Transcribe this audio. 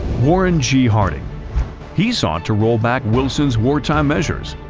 warren g harding he sought to rollback wilson' s wartime measures,